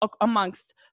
amongst